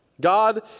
God